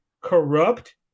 corrupt